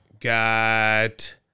got